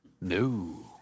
No